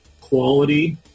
quality